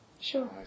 Sure